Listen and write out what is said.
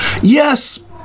Yes